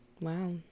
wow